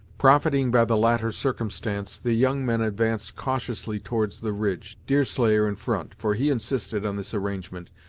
profiting by the latter circumstance, the young men advanced cautiously towards the ridge, deerslayer in front, for he insisted on this arrangement,